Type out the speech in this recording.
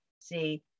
See